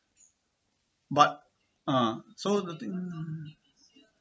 but uh so